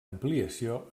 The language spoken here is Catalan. ampliació